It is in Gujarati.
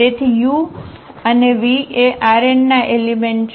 તેથી u અને v એ Rn ના એલિમેંટ છે